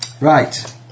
Right